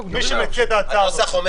מי שמציע את ההצעה הזאת.